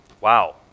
Wow